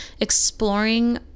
exploring